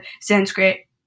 Sanskrit